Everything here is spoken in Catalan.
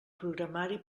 programari